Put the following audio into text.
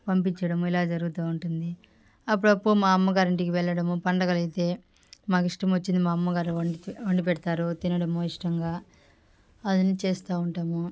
పంపిచ్చడము ఇలా జరుగుతూ ఉంటుంది అప్పుడప్పుడు మా అమ్మ గారి ఇంటికి వెళ్ళడము పండగలైతే మాకిష్టమొచ్చింది మా అమ్మ గారు వండి వండిపెడతారు తినడము ఇష్టంగా అది అన్ని చేస్తా ఉంటాము